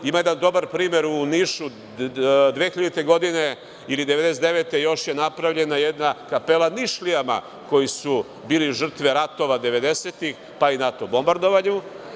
Ima jedan dobar primer u Nišu, 2000. godine ili još 1999. godine napravljena je jedna kapela Nišlijama koji su bili žrtve ratova devedesetih, pa i NATO bombardovanja.